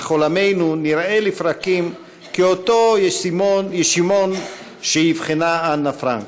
אך עולמנו נראה לפרקים כאותו ישימון שאבחנה אנה פרנק.